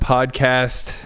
Podcast